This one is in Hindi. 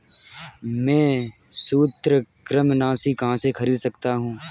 मैं सूत्रकृमिनाशी कहाँ से खरीद सकता हूँ?